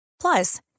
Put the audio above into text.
Plus